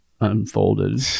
unfolded